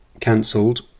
cancelled